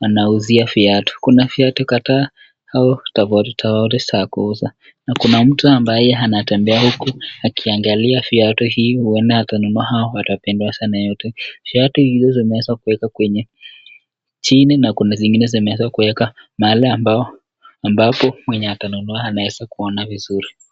wanauzia viatu. Kuna viatu ka hapa au tofauti tofauti za kuuza. Na kuna mtu ambaye anatembea huku akiangalia viatu hii huenda atanunua hao wanapendwa sana viatu. Viatu hizo zimeweza kuweka kwenye chini na kuna zingine zimeweza kuweka mahali ambapo ambapo mwenye atanunua anaweza kuona vizuri.